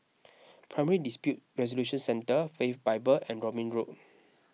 Primary Dispute Resolution Centre Faith Bible and Robin Road